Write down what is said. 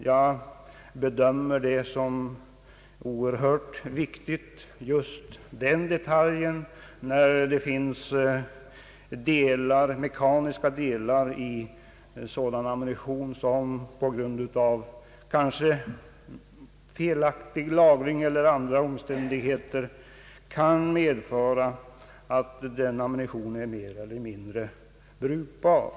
Just den detaljen bedömer jag som oerhört viktig eftersom det finns mekaniska delar i denna ammunition vilka på grund av exempelvis felaktig lagring eller andra omständigheter kan göra ammunitionen i fråga mer eller mindre obrukbar.